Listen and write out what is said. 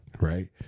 Right